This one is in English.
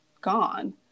gone